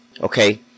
Okay